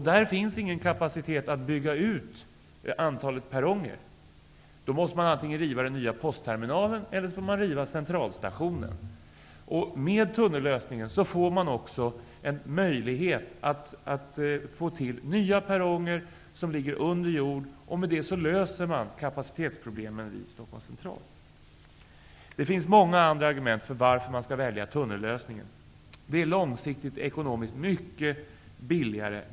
Där finns ingen kapacitet att öka antalet perronger. Annars måste man riva antingen den nya postterminalen eller Centralstationen. Med tunnellösningen får man också en möjlighet att bygga nya perronger som ligger under jord. Med det löser man också kapacitetsproblemen vid Det finns många andra argument till att välja tunnellösningen. Långsiktigt blir det mycket billigare.